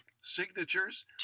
signatures